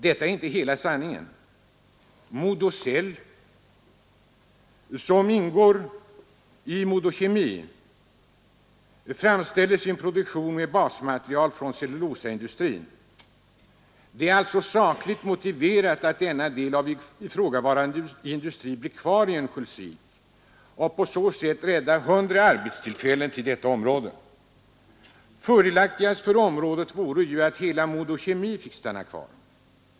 Detta är inte hela sanningen. Modocell, som ingår i Modokemi, framställer sin produktion med basmaterial från cellulosaindustrin. Det är alltså sakligt motiverat att denna del av ifrågavarande industri blir kvar i Örnsköldsvik och på så sätt räddar 100 arbetstillfällen åt detta område. Fördelaktigast för området vore ju att hela Modokemi fick stanna kvar.